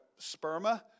sperma